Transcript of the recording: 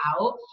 out